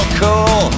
cool